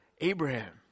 Abraham